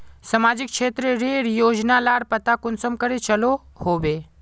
सामाजिक क्षेत्र रेर योजना लार पता कुंसम करे चलो होबे?